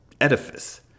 edifice